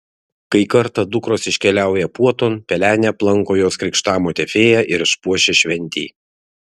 kai kartą dukros iškeliauja puoton pelenę aplanko jos krikštamotė fėja ir išpuošia šventei